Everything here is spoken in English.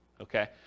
Okay